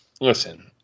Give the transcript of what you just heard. listen